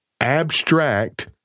abstract